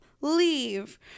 leave